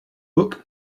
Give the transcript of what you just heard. book